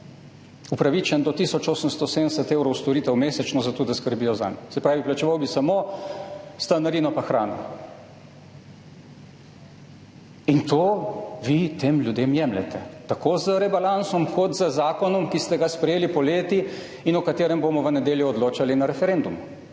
upravičen do tisoč 870 evrov storitev mesečno, zato da skrbijo zanj. Se pravi, plačeval bi samo s stanarino pa hrano. In to vi tem ljudem jemljete tako z rebalansom kot z zakonom, ki ste ga sprejeli poleti in o katerem bomo v nedeljo odločali na referendumu.